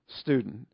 student